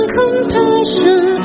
compassion